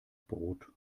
brot